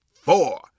four